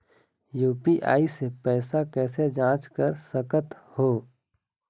UPI से पैसा कैसे जाँच कर सकत हो?